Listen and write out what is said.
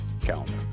calendar